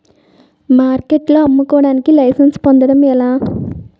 మార్కెట్లో అమ్ముకోడానికి లైసెన్స్ పొందడం ఎలా?